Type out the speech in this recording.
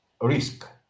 Risk